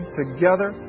together